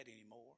anymore